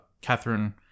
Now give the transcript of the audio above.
Catherine